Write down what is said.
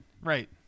right